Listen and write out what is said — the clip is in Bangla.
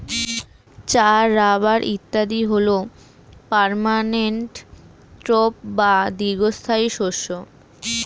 চা, রাবার ইত্যাদি হল পার্মানেন্ট ক্রপ বা দীর্ঘস্থায়ী শস্য